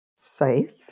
Safe